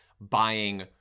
buying